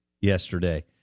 yesterday